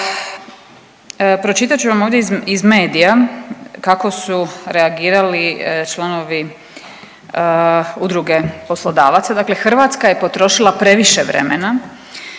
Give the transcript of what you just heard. Pročitat ću vam ovdje iz medija kako su reagirali članovi Udruge poslodavaca, dakle „Hrvatska je potrošila previše vremena